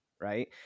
right